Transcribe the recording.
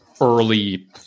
early